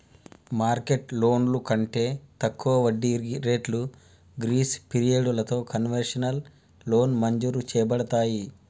market లోన్లు కంటే తక్కువ వడ్డీ రేట్లు గ్రీస్ పిరియడలతో కన్వెషనల్ లోన్ మంజురు చేయబడతాయి